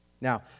Now